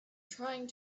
trying